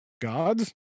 gods